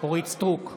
אורית מלכה סטרוק,